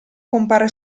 compare